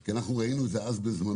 כי אנחנו ראינו את זה אז בזמנו,